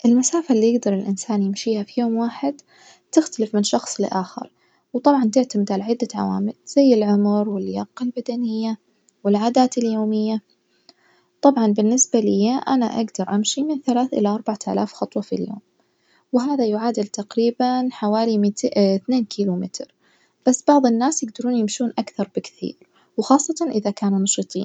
المسافة اللي يجدر الإنسان يمشيها في يوم واحد تختلف من شخص لآخر وطبعًا تعتمد على عدة عوامل زي العمر واللياقة البدنية والعادات اليومية طبعًا بالنسبة ليا أنا أجدر أمشي من ثلا إلى أربع آلاف خطوة في اليوم، وهذا يعادل تقريبًا حوالي متي- اتنين كيلو متر بس بعض الناس يجدرون يمشون أكتر بكتير وخاصة إذا كانوا نشيطين.